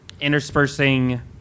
interspersing